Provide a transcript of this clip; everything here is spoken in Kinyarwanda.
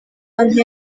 abantu